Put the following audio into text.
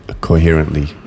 Coherently